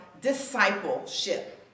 discipleship